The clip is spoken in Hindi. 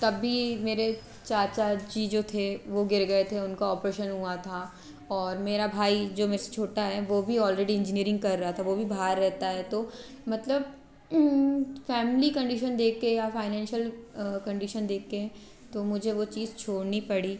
तब भी मेरे चाचा जी जो थे वो गिर गए थे उनका ऑपरेशन हुआ था और मेरा भाई जो मेरे से छोटा है वो भी ऑलरेडी इंजीनियरिंग कर रहा था वो भी बाहर रहता है तो मतलब फैमिली कंडीशन देख के या फाइनेंशियल कंडीशन देख कर तो मुझे वो चीज़ छोड़नी पड़ी